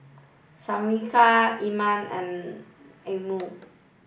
Syafiqah Iman and Anuar